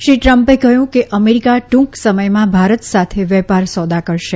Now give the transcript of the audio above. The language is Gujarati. શ્રી ટ્રમ્પે કહયું કે અમેરિકા ટુંક સમયમાં ભારત સાથે વેપાર સોદા કરશે